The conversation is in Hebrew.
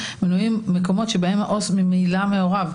במקומות שבהם העובד הסוציאלי ממילא מעורב.